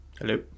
Hello